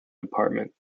department